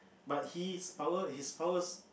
but his power his powers